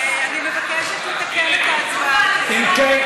אני מבקשת לתקן את ההצבעה, אני נגד.